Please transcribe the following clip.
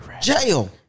Jail